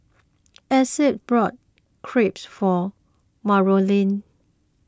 Essex bought Crepe for Marolyn